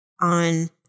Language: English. on